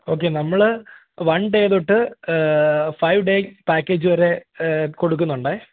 okay നമ്മള് one day തൊട്ട് five day package വരെ കൊടുക്കുന്നുണ്ട്